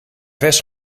vers